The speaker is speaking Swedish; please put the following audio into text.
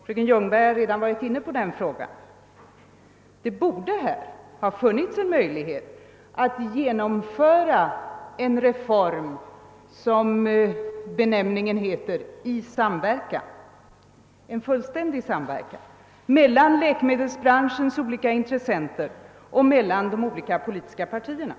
Fröken Ljungberg har redan berört den frågan. Det borde ha varit möjligt att genomföra en reform i fullständig samverkan mellan läkemedelsbranschens olika intressenter och de olika politiska partierna.